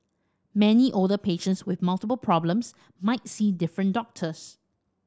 many older patients with multiple problems might see different doctors